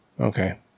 Okay